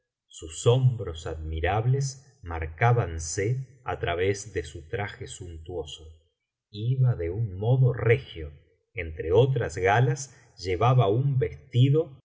sus hombros admirables marcábanse á través de su traje suntuoso iba de un modo regio entre otras galas llevaba un vestido